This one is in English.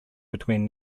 between